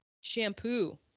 Shampoo